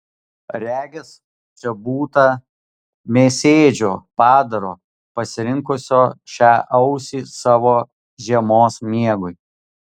regis čia būta mėsėdžio padaro pasirinkusio šią ausį savo žiemos miegui